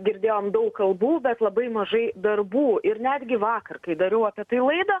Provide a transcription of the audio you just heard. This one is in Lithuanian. girdėjom daug kalbų bet labai mažai darbų ir netgi vakar kai dariau apie tai laidą